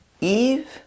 Eve